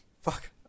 Fuck